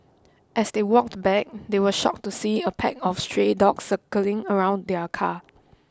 as they walked back they were shocked to see a pack of stray dogs circling around the car